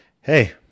hey